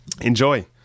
enjoy